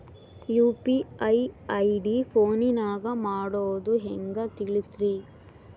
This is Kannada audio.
ಯು.ಪಿ.ಐ ಐ.ಡಿ ಫೋನಿನಾಗ ಮಾಡೋದು ಹೆಂಗ ತಿಳಿಸ್ರಿ?